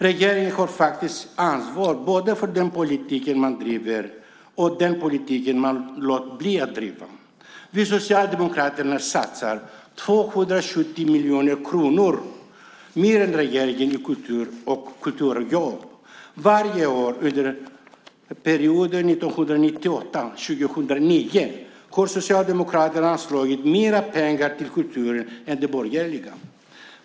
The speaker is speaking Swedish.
Regeringen har faktiskt ansvar för både den politik man bedriver och den politik man låter bli att bedriva. Vi socialdemokrater satsar 270 miljoner kronor mer än regeringen på kultur och kulturjobb. Varje år under perioden 1998-2009 har Socialdemokraterna anslagit mer pengar till kulturen än den borgerliga regeringen.